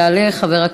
אחת, משה.